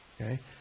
Okay